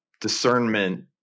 discernment